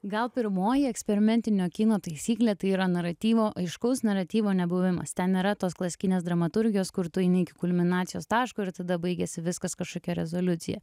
gal pirmoji eksperimentinio kino taisyklė tai yra naratyvo aiškaus naratyvo nebuvimas ten yra tos klasikinės dramaturgijos kur tu eini iki kulminacijos taško ir tada baigiasi viskas kažkokia rezoliucija